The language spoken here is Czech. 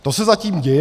To se zatím děje.